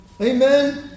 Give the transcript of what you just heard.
Amen